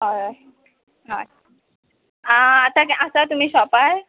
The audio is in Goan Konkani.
हय हय आं आतां आसा तुमी शॉपार